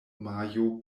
majo